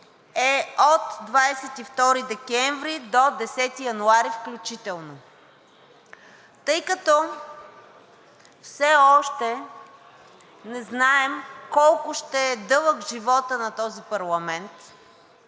е от 22 декември до 10 януари включително. Тъй като все още не знаем колко ще е дълъг животът на този парламент,